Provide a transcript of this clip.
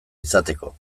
izateko